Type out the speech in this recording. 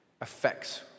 affects